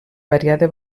variada